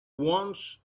wants